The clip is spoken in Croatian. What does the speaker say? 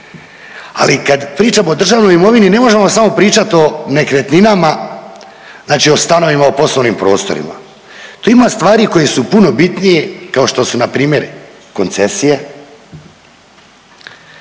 Ali kad pričamo o državnoj imovini ne možemo samo pričat o nekretninama, znači o stanovima, o poslovnim prostorima. Tu ima stvari koje su puno bitnije kao što su na primjer koncesije.